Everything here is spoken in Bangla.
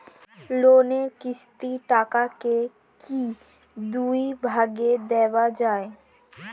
লোনের কিস্তির টাকাকে কি দুই ভাগে দেওয়া যায়?